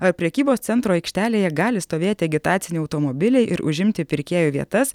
ar prekybos centro aikštelėje gali stovėti agitaciniai automobiliai ir užimti pirkėjų vietas